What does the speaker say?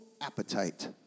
appetite